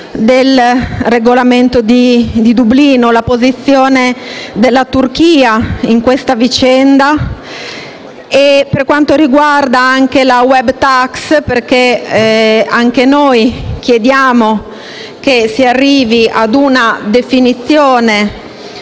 regolamento di Dublino e la posizione della Turchia in questa vicenda, sia per quanto riguarda la *web tax*, perché anche noi chiediamo che si arrivi ad una definizione